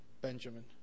Benjamin